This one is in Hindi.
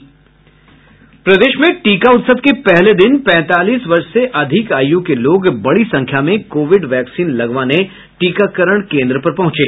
प्रदेश में टीका उत्सव के पहले दिन पैतालीस वर्ष से अधिक आयु के लोग बड़ी संख्या में कोविड वैक्सीन लगवाने टीकाकरण केन्द्र पर पहुंचे